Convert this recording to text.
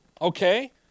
okay